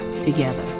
together